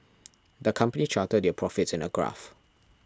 the company charted their profits in a graph